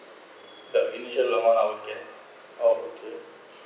that initial loan [one] I will get okay